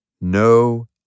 no